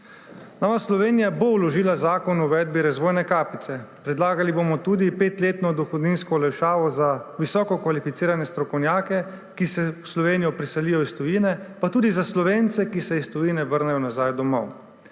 Nova Slovenija bo vložila zakon o uvedbi razvojne kapice, predlagali bomo tudi petletno dohodninsko olajšavo za visoko kvalificirane strokovnjake, ki se v Slovenijo priselijo iz tujine, pa tudi za Slovence, ki se iz tujine vrnejo domov.